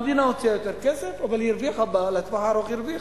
המדינה הוציאה את כסף אבל לטווח הארוך היא הרוויחה,